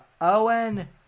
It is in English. Owen